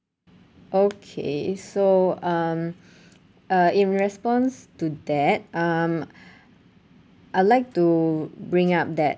okay so um uh in response to that um I'd like to bring up that